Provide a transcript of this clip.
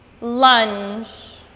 lunge